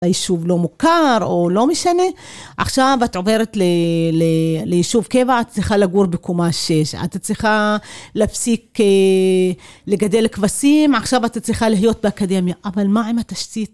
ליישוב לא מוכר או... לא משנה. עכשיו את עוברת ל... ל... ליישוב קבע, את צריכה לגור בקומה שש, את צריכה להפסיק לגדל כבשים, עכשיו את צריכה להיות באקדמיה. אבל מה אם את התשתית?